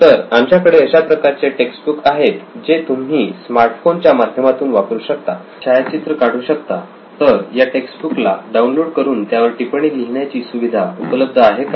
तर आमच्याकडे अशाप्रकारचे टेक्स्ट बुक्स आहेत जे तुम्ही स्मार्टफोन च्या माध्यमातून वापरू शकता छायाचित्र काढू शकता तर या टेक्स्ट बुक ला डाऊनलोड करून त्यावर टिपणे लिहिण्याची सुविधा उपलब्ध आहे का